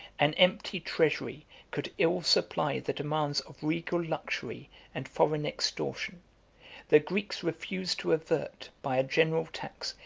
an empty treasury could ill supply the demands of regal luxury and foreign extortion the greeks refused to avert, by a general tax,